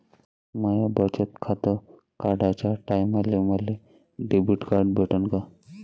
माय बचत खातं काढाच्या टायमाले मले डेबिट कार्ड भेटन का?